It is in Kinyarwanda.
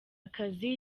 akazi